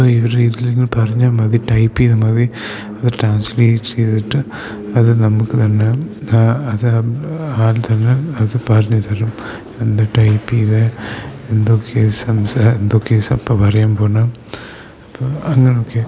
ഇപ്പ ഈ രീതിയിൽ പറഞ്ഞാൽ മതി ടൈപ്പ് ചെയ്താൽ മതി അത് ട്രാൻസ്ലേറ്റ് ചെയ്തിട്ട് അത് നമുക്ക് തന്നെ അത് ആൾ തന്നെ അത് പറഞ്ഞ് തരും എന്താ ടൈപ്പ് ചെയ്തത് എന്തൊക്കെയാ എന്തൊക്കെയാ ഇപ്പോൾ പറയാൻ പോകുന്നത് ഇപ്പോൾ അങ്ങനൊക്കെ